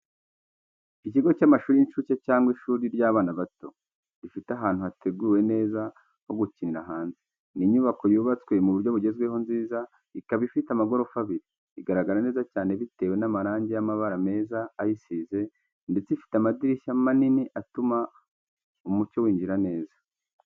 Ikigo cy'amashuri y'inshuke cyangwa ishuri ry'abana bato, rifite ahantu hateguwe neza ho gukiniramo hanze. Ni inyubako yubatswe mu buryo bugezweho nziza ikaba ifite amagorofa abiri. Igaragara neza cyane bitewe n'amarange y'amabara meza ayisize ndetse ifite amadirishya manini atuma umucyo winjira neza.